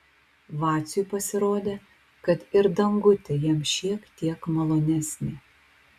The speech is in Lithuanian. vaciui pasirodė kad ir dangutė jam šiek tiek malonesnė